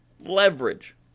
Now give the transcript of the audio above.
Leverage